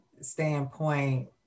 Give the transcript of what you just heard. standpoint